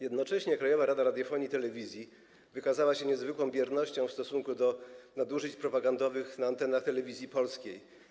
Jednocześnie Krajowa Rada Radiofonii i Telewizji wykazała się niezwykłą biernością w stosunku do nadużyć propagandowych na antenach Telewizji Polskiej.